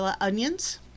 onions